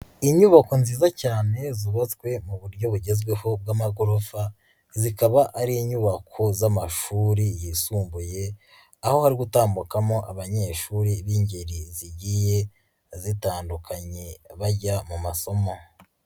Inyubako nziza cyane zubatswe mu buryo bugezweho bw'amagorofa, zikaba ari inyubako z'amashuri yisumbuye, aho ari gutambukamo abanyeshuri b'ingeri zigiye zitandukanye bajya mu masomo.